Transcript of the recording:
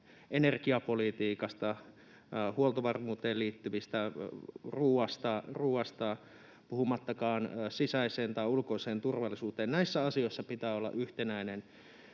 energiapolitiikasta, huoltovarmuuteen liittyvistä asioista, ruuasta, puhumattakaan sisäisestä tai ulkoisesta turvallisuudesta. Näissä asioissa pitää olla yhtenäinen.